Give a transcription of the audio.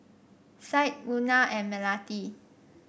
Syed Munah and Melati